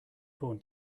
corn